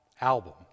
album